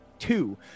Two